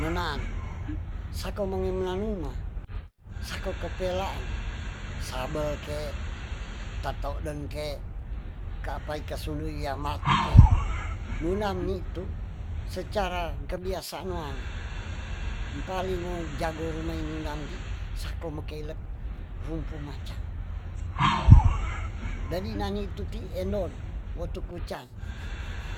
Nenaan sako menge melaluma sako kepelaan. sabe ke, tatoden ke kapa ika sudu ia maku ke nunang ni tu secara kebiasaan woang mpaling no jago rumae nunam di sako mekeilet rumpu macang dadi nagi tu ti endon wo tu kuca